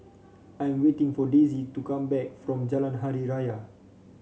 I'm waiting for Daisie to come back from Jalan Hari Raya